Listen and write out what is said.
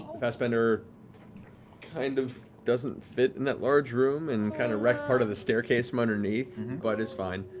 fassbender kind of doesn't fit in that large room and kind of wrecked part of the staircase from underneath but is fine.